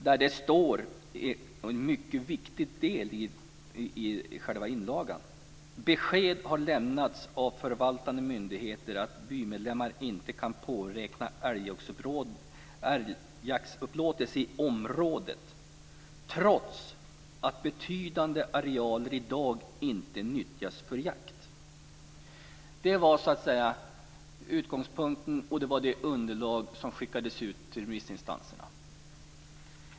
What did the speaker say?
Där står det i en mycket viktig del i själva inlagan: Besked har lämnats av förvaltande myndigheter att bymedlemmar inte kan påräkna älgjaktsupplåtelse i området trots att betydande arealer i dag inte nyttjas för jakt. Det var så att säga utgångspunkten, och det var det underlaget som skickades ut till remissinstanserna.